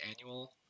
annual